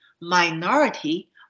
minority